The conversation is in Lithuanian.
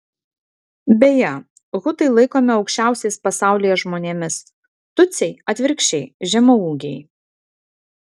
beje hutai laikomi aukščiausiais pasaulyje žmonėmis tutsiai atvirkščiai žemaūgiai